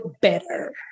better